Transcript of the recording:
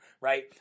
right